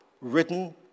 written